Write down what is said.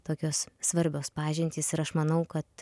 tokios svarbios pažintys ir aš manau kad